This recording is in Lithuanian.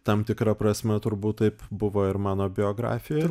tam tikra prasme turbūt taip buvo ir mano biografijoj